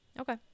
okay